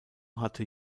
hatte